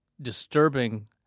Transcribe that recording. disturbing